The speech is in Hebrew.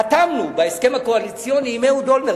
חתמנו בהסכם הקואליציוני עם אהוד אולמרט,